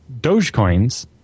Dogecoins